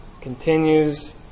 continues